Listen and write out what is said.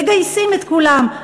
מגייסים את כולם,